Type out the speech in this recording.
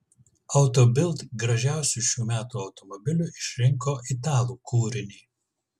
auto bild gražiausiu šių metų automobiliu išrinko italų kūrinį